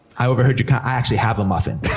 i overheard you, kind of i actually have a muffin.